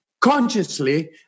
consciously